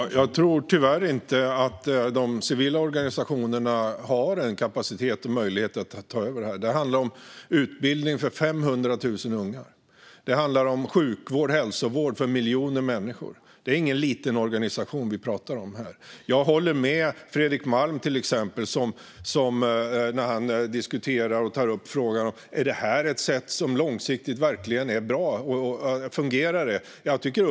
Fru talman! Jag tror tyvärr inte att de civila organisationerna har kapacitet och möjlighet att ta över det här. Det handlar om utbildning för 500 000 unga, och det handlar om sjuk och hälsovård för miljoner människor. Det är ingen liten organisation vi pratar om här. Jag håller med Fredrik Malm, till exempel, när han tar upp frågan om det här är ett sätt som långsiktigt verkligen är bra och fungerar.